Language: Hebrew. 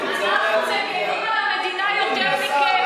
אנחנו מגינים על המדינה יותר מכם,